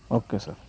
او کے سر